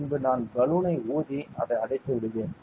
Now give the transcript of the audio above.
பின்பு நான் பலூனை ஊதி அதை அடைத்து விடுவேன்